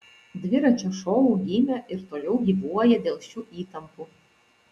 dviračio šou gimė ir toliau gyvuoja dėl šių įtampų